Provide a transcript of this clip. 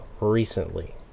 recently